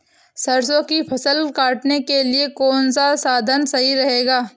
सरसो की फसल काटने के लिए कौन सा साधन सही रहेगा?